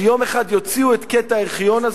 שיום אחד יוציאו את הקטע הזה מהארכיון,